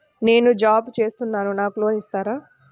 నేను జాబ్ చేస్తున్నాను నాకు లోన్ ఇస్తారా?